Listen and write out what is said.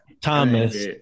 Thomas